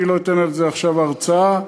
אני לא אתן על זה הרצאה עכשיו,